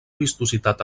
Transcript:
vistositat